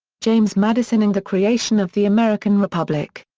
james madison and the creation of the american republic.